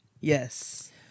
Yes